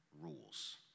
rules